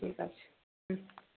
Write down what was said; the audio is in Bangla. ঠিক আছে হুম